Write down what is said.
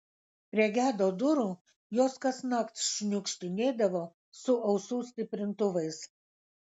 prie gedo durų jos kasnakt šniukštinėdavo su ausų stiprintuvais